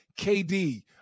KD